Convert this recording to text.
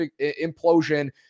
implosion